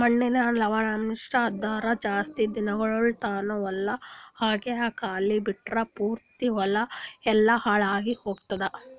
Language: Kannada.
ಮಣ್ಣಿನ ಲವಣಾಂಶ ಅಂದುರ್ ಜಾಸ್ತಿ ದಿನಗೊಳ್ ತಾನ ಹೊಲ ಹಂಗೆ ಖಾಲಿ ಬಿಟ್ಟುರ್ ಪೂರ್ತಿ ಹೊಲ ಎಲ್ಲಾ ಹಾಳಾಗಿ ಹೊತ್ತುದ್